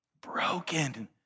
broken